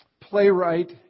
playwright